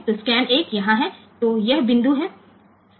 तो स्कैन 1 यहाँ है तो यह बिंदु है